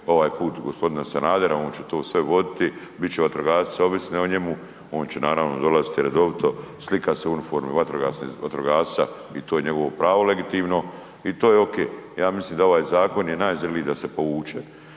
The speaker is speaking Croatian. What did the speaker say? ovaj put gospodina Sanadera, on će to sve voditi. Bit će vatrogasci ovisni o njemu, on će naravno dolaziti redovito slikat se u uniformi vatrogasnoj, vatrogasca i to je njegovo pravo legitimno i to je ok. Ja mislim da ovaj zakon je najzreliji da se povuče,